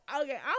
Okay